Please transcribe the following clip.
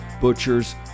butchers